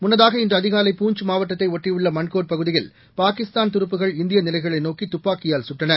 முன்னதாக இன்று அதிகாலை பூஞ்ச் மாவட்டத்தை ஒட்டியுள்ள மன்கோட் பகுதியில் பாகிஸ்தான் துருப்புக்கள் இந்திய நிலைகளை நோக்கி துப்பாக்கியால் சுட்டன